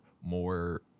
more